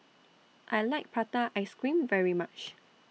I like Prata Ice Cream very much